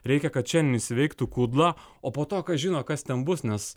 reikia kad šiandien jis veiktų kudlą o po to kas žino kas ten bus nes